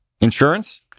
Insurance